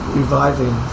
reviving